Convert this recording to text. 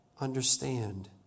understand